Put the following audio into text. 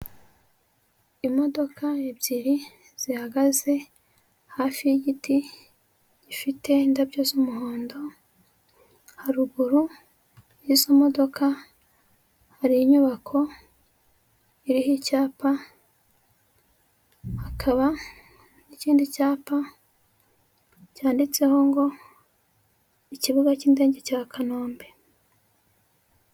Imodoka ebyir zihagaze hafi y'igiti gifite indabyo z'umuhondo, haruguru y'izo modoka, hari inyubako iriho icyapa, hakaba n'i ikindi cyapa, cyanditseho ngo ikibuga cy'indege cya Kanombe.